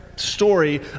story